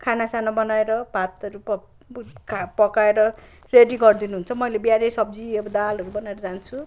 खाना साना बनाएर भातहरू पकाएर रेडी गरिदिनुहुन्छ मैले बिहान नै सब्जी दालहरू बनाएर जान्छु